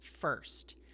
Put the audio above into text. first